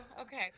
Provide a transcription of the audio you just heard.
okay